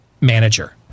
manager